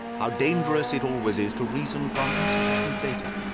how dangerous it always is to reason from insufficient data.